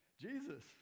jesus